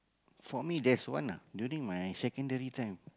for me there's one ah during my secondary time